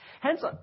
Hence